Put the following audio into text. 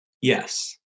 Yes